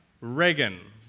Reagan